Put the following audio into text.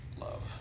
love